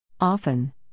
Often